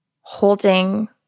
holding